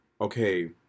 okay